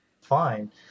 fine